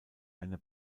eine